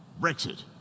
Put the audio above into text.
Brexit